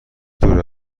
دور